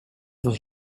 was